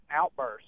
outbursts